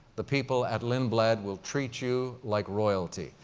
the people at lindblad will treat you like royalty.